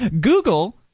Google